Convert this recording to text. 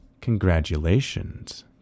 Congratulations